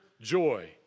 joy